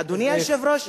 אדוני היושב-ראש,